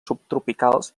subtropicals